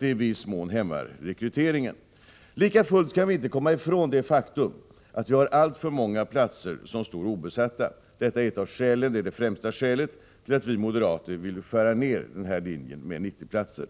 i viss mån hämmar rekryteringen. Lika fullt kan vi inte komma ifrån det faktum att alltför många platser står obesatta. Detta är det främsta skälet till att vi moderater vill skära ner denna linje med 90 platser.